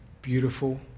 Beautiful